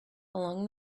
along